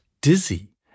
dizzy